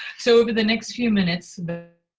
so over the next few minutes,